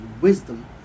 wisdom